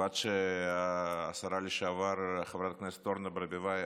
ועד שהשרה לשעבר חברת הכנסת אורנה ברביבאי,